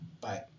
Bye